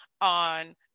on